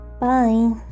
Bye